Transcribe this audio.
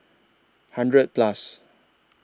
hundred Plus